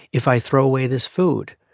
if i throw away this food,